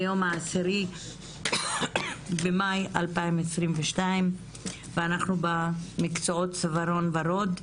היום ה-10 למאי 2022 ואנחנו נדון בנושא של מקצועות צווארון וורוד,